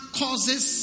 causes